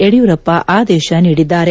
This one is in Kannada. ಯಡಿಯೂರಪ್ಪ ಆದೇಶ ನೀಡಿದ್ದಾರೆ